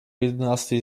jedenastej